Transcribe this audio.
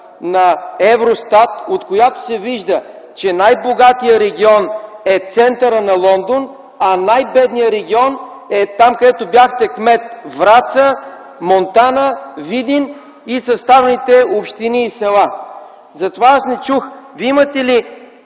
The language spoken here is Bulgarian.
на Евростат, от която се вижда, че най-богатият регион е в центъра на Лондон, а най-бедният регион е там, където бяхте кмет – Враца, Монтана, Видин и съставните общини и села. Аз не чух имате ли